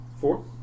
Four